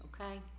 okay